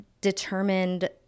determined